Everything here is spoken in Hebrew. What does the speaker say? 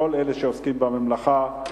לכל אלה שעוסקים במלאכה,